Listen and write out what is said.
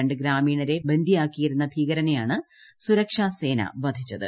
രണ്ട് ഗ്രാമീണരെ ബന്ദിയാക്കിയിരുന്ന ഭീകരനെയാണ് സുരക്ഷാ സേന വധിച്ചത്